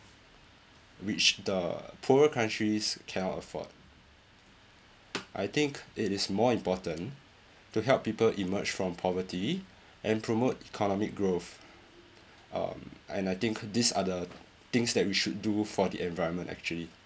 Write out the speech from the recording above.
which the poorer countries cannot afford I think it is more important to help people emerge from poverty and promote economic growth um and I think these are the things that we should do for the environment actually